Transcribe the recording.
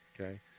okay